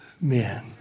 men